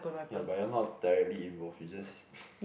ya but you're not directly involved you just